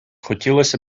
хотілося